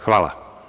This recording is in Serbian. Hvala.